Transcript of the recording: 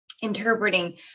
Interpreting